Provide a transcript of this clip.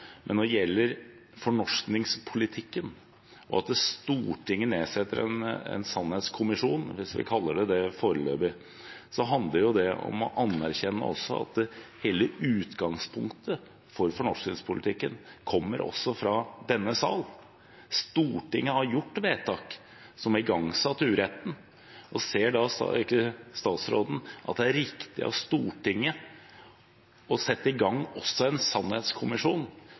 men når det gjelder fornorskningspolitikken og det at Stortinget nedsetter en sannhetskommisjon – hvis vi kaller det det foreløpig – handler det om å anerkjenne at hele utgangspunktet for fornorskningspolitikken kommer fra denne sal. Stortinget har gjort vedtak som har igangsatt uretten. Mitt spørsmål blir da: Ser ikke statsråden at det er riktig av Stortinget å sette ned en sannhetskommisjon,